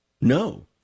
No